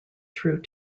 through